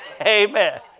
Amen